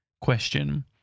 question